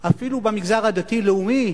אפילו במגזר הדתי-לאומי,